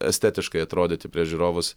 estetiškai atrodyti prieš žiūrovus